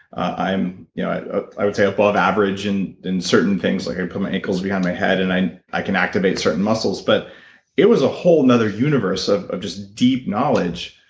i'm you know i i would say, above average and in certain things, like i put my ankles behind my head and i i can activate certain muscles but it was a whole another universe of of just deep knowledge.